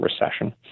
recession